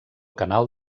canal